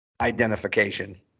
identification